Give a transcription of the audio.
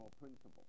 principle